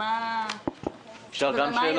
במה היא